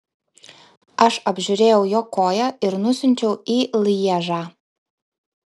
aš apžiūrėjau jo koją ir nusiunčiau į lježą